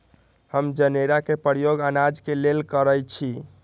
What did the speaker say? हम जनेरा के प्रयोग अनाज के लेल करइछि